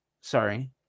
sorry